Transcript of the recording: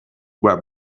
were